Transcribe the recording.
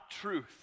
truth